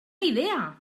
idea